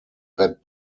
red